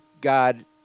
God